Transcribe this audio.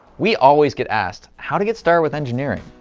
we always get asked how to get started with engineering?